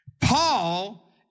Paul